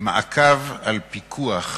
המעקב והפיקוח